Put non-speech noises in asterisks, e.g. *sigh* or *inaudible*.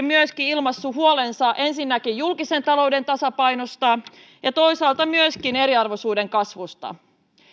*unintelligible* myöskin valtiovarainministeri ilmaissut huolensa ensinnäkin julkisen talouden tasapainosta ja toisaalta myöskin eriarvoisuuden kasvusta